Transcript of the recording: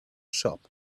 shop